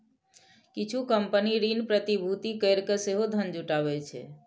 किछु कंपनी ऋण प्रतिभूति कैरके सेहो धन जुटाबै छै